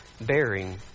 Bearing